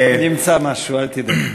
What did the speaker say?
נמצא משהו, אל תדאג.